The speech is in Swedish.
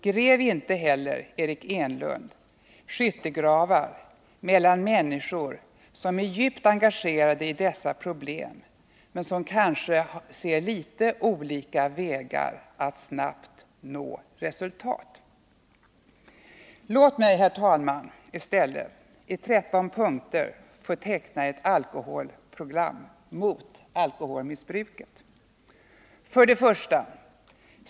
Gräv inte heller, Eric Enlund, skyttegravar mot människor som är djupt engagerade i dessa problem men som kanske ser litet olika vägar för att nå resultat. Låt mig i stället, herr talman, i 13 punkter teckna ett handlingsprogram mot alkoholmissbruket. 1.